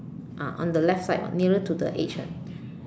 ah on the left side nearer to the edge lah